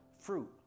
fruit